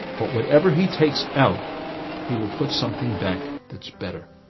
but, whatever he takes out he will put something back, that's better